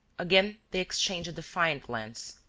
again, they exchanged a defiant glance,